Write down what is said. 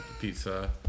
pizza